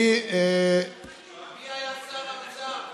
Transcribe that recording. מי היה שר האוצר?